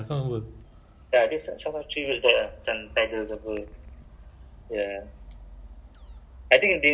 so your card right is only access to level one and the level that you are working ah so you tap right